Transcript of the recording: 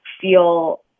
feel